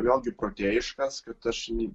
vėlgi protėjiškas kad aš